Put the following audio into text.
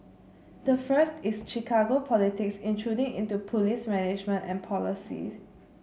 the first is Chicago politics intruding into police management and policies